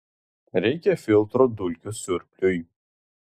reikia filtro dulkių siurbliui